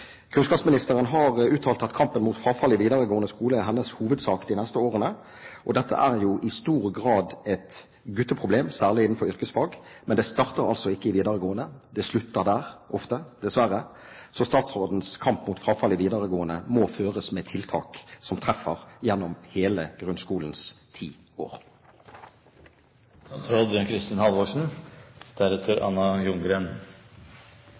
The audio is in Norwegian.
Kunnskapsministeren har uttalt at kampen mot frafall i videregående skole er hennes hovedsak de neste årene. Dette er jo i stor grad et gutteproblem, særlig innen yrkesfag, men det starter altså ikke i videregående, det slutter ofte der, dessverre. Så statsrådens kamp mot frafall i videregående må føres med tiltak som treffer gjennom alle grunnskolens ti